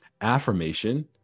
Affirmation